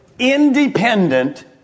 independent